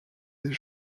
des